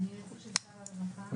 אני יועצת שר הרווחה.